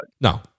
No